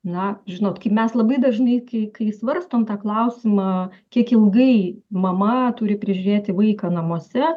na žinot kaip mes labai dažnai kai kai svarstom tą klausimą kiek ilgai mama turi prižiūrėti vaiką namuose